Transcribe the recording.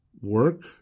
work